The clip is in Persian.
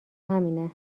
همینه